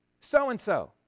So-and-so